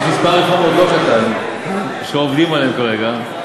יש מספר רפורמות לא קטן שעובדים עליהן כרגע.